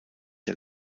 der